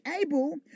able